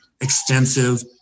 extensive